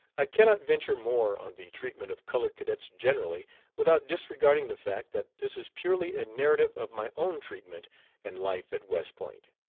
i cannot venture more on the treatment of colored cadets generally without disregarding the fact that this is purely a narrative of my own treatment and life at west point.